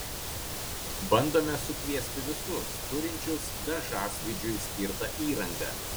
bandome sukviesti visus turinčius dažasvydžiui skirtą įrangą